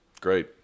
Great